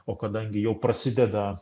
o kadangi jau prasideda